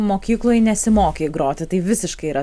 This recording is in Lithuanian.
mokykloj nesimokei groti tai visiškai yra